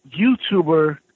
youtuber